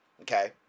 okay